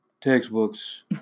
textbooks